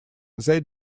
they